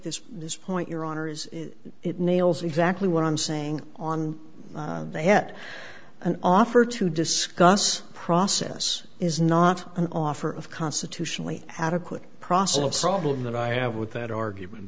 this this point your honour's it nails exactly what i'm saying on they had an offer to discuss process is not an offer of constitutionally adequate process of problem that i have with that argument